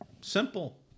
Simple